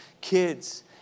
kids